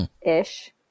ish